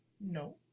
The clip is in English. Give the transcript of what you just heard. no